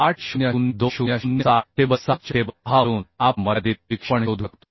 800 2007 table 6 च्या table 6 वरून आपण मर्यादित विक्षेपण शोधू शकतो